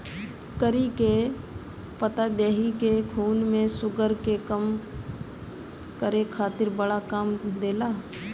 करी के पतइ देहि के खून में शुगर के कम करे खातिर बड़ा काम देला